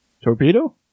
Torpedo